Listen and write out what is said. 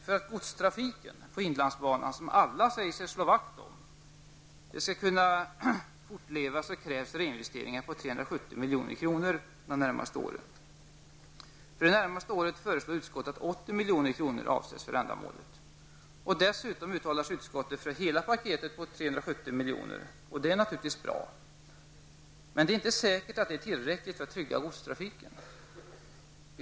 För att godstrafiken på inlandsbanan, som alla säger sig slå vakt om, skall kunna fortleva, krävs reinvesteringar på 370 milj.kr. För det närmaste året föreslår utskottet att 80 milj.kr. avsätts för ändamålet, och dessutom uttalar sig utskottet för hela paketet på 370 milj.kr. Det är naturligtvis bra, men det är inte säkert att det är tillräckligt för att trygga godstrafiken.